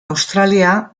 australia